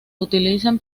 utilizan